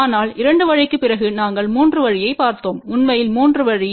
ஆனால் 2 வழிக்குப் பிறகு நாங்கள் 3 வழியைப் பார்த்தோம் உண்மையில் 3 வழி Z1 Z2 Z3 86